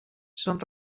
són